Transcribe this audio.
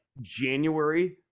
January